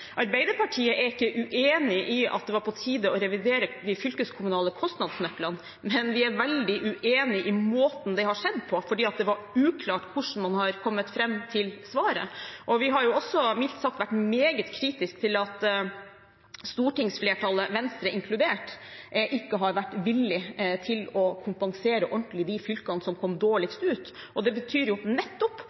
Arbeiderpartiet er ikke uenig i at det var på tide å revidere de fylkeskommunale kostnadsnøklene, men vi er veldig uenig i måten det har skjedd på, fordi det er uklart hvordan man har kommet fram til svaret. Vi har også mildt sagt vært meget kritiske til at stortingsflertallet – Venstre inkludert – ikke har vært villig til å kompensere ordentlig de fylkene som kom dårligst ut. Det betyr nettopp